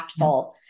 impactful